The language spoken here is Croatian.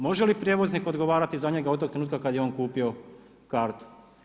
Može li prijevoznik odgovarati za njega od tog trenutka kad je on kupio kartu.